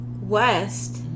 West